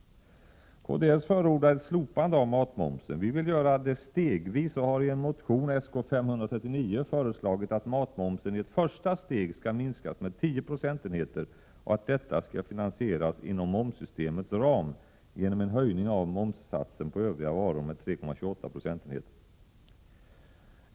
Kds förordar ett slopande av matmomsen. Vi vill göra det stegvis och har i en motion, Sk539, föreslagit att matmomsen i ett första steg skall minskas med 10 procentenheter och att detta skall finansieras inom momssystemets ram genom en höjning av momssatsen på övriga varor med 3,28 procentenheter.